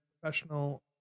professional